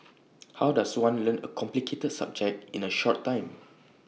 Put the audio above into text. how does one learn A complicated subject in A short time